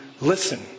listen